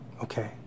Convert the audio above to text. Okay